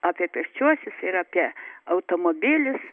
apie pėsčiuosius ir apie automobilius